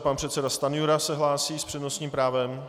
Pan předseda Stanjura se hlásí s přednostním právem.